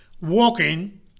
walking